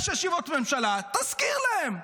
יש ישיבות ממשלה, תזכיר להם.